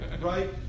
Right